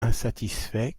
insatisfait